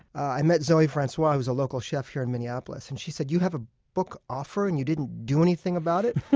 i met zoe francois, who is a local chef in minneapolis. and she said, you have a book offer and you didn't do anything about it?